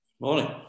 Morning